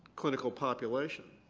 clinical population